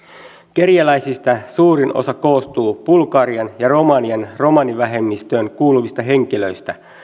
kerjäläisistä suurin osa koostuu bulgarian ja romanian romanivähemmistöön kuuluvista henkilöistä